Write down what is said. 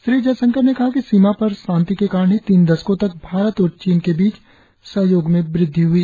श्री जयशंकर ने कहा कि सीमा पर शांति के कारण ही तीन दशकों तक भारत और चीन के बीच सहयोग में वृद्धि हई